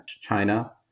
China